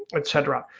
et cetera.